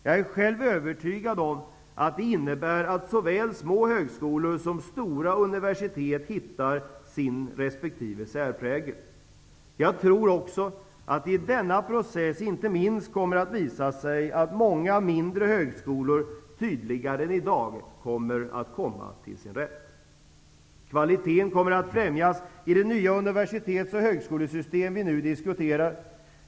Jag är själv övertygad om att det innebär att såväl små högskolor som stora universitet hittar sin resp. särprägel. Jag tror också att det i denna process inte minst kommer att visa sig att många mindre högskolor, tydligare än i dag, kommer att komma till sin rätt. Kvaliteten kommer att främjas i det nya universitets och högskolesystem som vi nu diskuterar.